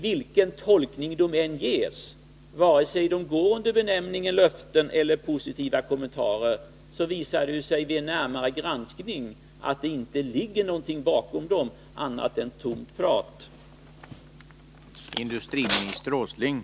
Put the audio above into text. Vilken tolkning de än ges, vare sig man kallar dem löften eller positiva kommentarer, visar det sig vid närmare granskning att det inte ligger någonting bakom, utan att det bara är tomt prat.